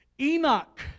Enoch